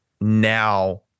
now